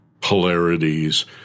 polarities